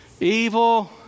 Evil